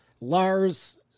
Lars